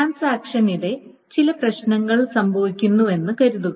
ട്രാൻസാക്ഷനിടെ ചില പ്രശ്നങ്ങൾ സംഭവിക്കുന്നുവെന്ന് കരുതുക